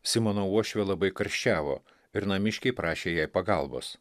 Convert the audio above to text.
simono uošvė labai karščiavo ir namiškiai prašė jai pagalbos